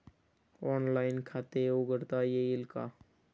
Online खाते उघडता येईल का?